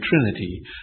Trinity